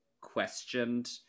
questioned